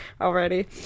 already